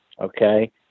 okay